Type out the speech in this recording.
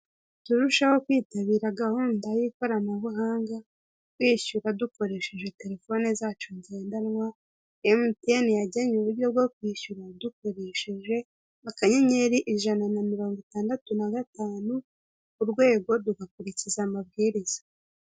Turusheho kwitabira gahunda y'ikoranabuhanga, kwishyura dukoresheje telefone zacu ngendanwa, Emutiyeni yagennye uburyo bwo kwishyura dukoresheje akanyenyeri ijana na mirongo itandatu na gatanu urwego tugakurikiza amabwiriza.